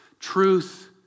truth